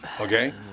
okay